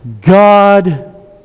God